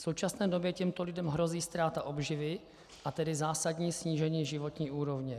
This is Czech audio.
V současné době těmto lidem hrozí ztráta obživy, a tedy zásadní snížení životní úrovně.